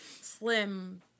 slim